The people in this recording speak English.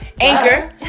Anchor